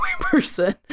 person